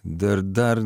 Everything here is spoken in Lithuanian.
dar dar